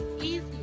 easy